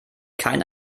kein